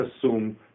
assume